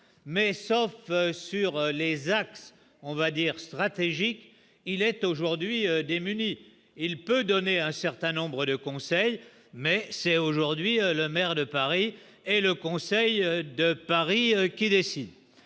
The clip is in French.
mais sauf sur les axes, on va dire stratégique, il est aujourd'hui démunis il peut donner un certain nombre de conseils, mais c'est aujourd'hui le maire de Paris et le Conseil de Paris qui décide